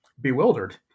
bewildered